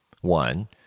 One